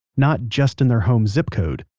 not just in their home zip code.